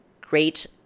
Great